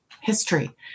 history